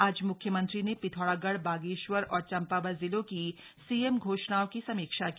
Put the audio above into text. आज मुख्यमंत्री ने पिथौरागढ़ बागेश्वर और चंपावत जिलों की सीएम घोषणाओं की समीक्षा की